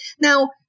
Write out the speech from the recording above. Now